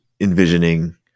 envisioning